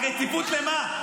הרציפות למה?